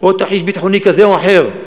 או תרחיש ביטחוני כזה או אחר,